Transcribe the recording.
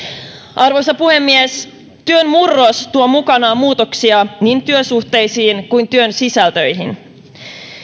arvoisa puhemies työn murros tuo mukanaan muutoksia niin työsuhteisiin kuin työn sisältöihin